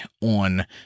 on